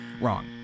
Wrong